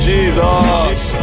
Jesus